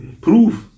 prove